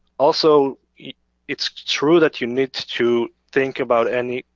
also it's true that you need to think about any,